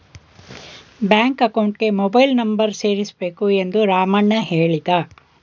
bank ಅಕೌಂಟ್ಗೆ mobile number ಸೇರಿಸಬೇಕು ಎಂದು ರಾಮಣ್ಣ ಹೇಳಿದ